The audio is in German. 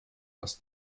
das